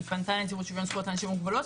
היא פנתה לנציבות שוויון זכויות לאנשים עם מוגבלות,